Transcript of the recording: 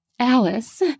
Alice